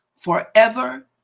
forever